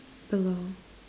below